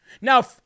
Now